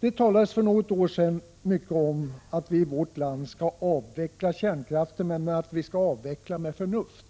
Det talades för något år sedan mycket om att vi i vårt land skall avveckla kärnkraften, men vi skall avveckla med förnuft.